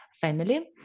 family